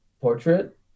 Portrait